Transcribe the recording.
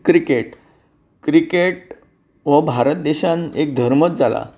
cricket cricket हो भारत देशान एक धर्मूच जाला